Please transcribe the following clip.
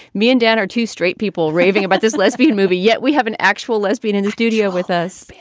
me and dan are two straight people raving about this lesbian movie, yet we have an actual lesbian in the studio with us.